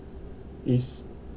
is